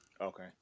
Okay